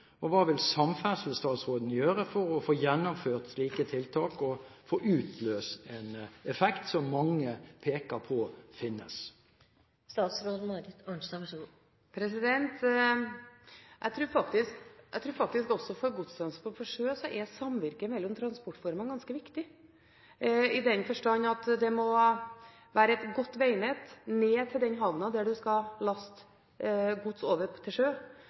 Og hva vil samferdselsstatsråden gjøre for å få gjennomført slike tiltak og få utløst en effekt, som mange peker på finnes? Jeg tror at også for godstrafikk på sjø er samvirket mellom transportformene ganske viktig, i den forstand at det må være et godt veinett ned til den havnen hvor du skal laste gods over til sjø